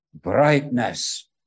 brightness